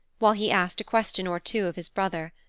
while he asked a question or two of his brother.